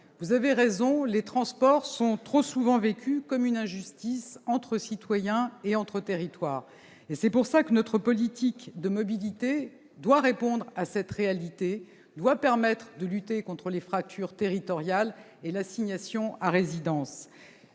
vous avez raison, les transports sont trop souvent vécus comme une injustice entre citoyens et entre territoires. C'est la raison pour laquelle notre politique de mobilité doit répondre à cette réalité, et permettre de lutter contre les fractures territoriales et l'assignation à résidence.